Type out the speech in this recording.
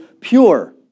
pure